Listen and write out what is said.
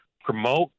promote